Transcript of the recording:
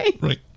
Right